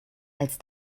als